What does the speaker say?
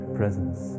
presence